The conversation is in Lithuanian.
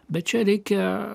bet čia reikia